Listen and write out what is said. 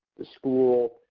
the school,